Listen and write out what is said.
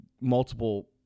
multiple